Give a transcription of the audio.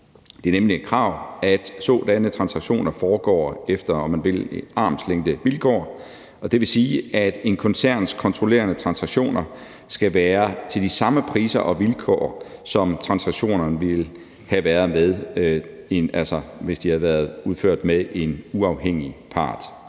Det er nemlig et krav, at sådanne transaktioner foregår efter – om man vil – et armslængdevilkår, og det vil sige, at en koncerns kontrollerede transaktioner skal være til de samme priser og vilkår, som transaktionerne ville have været, hvis de havde været udført med en uafhængig part.